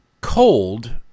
cold